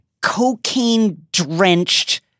cocaine-drenched